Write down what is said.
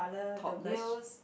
topless